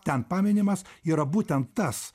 ten paminimas yra būtent tas